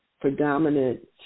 predominant